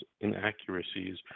inaccuracies